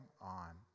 on